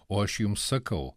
o aš jums sakau